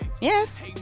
Yes